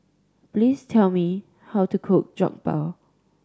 please tell me how to cook Jokbal